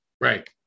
Right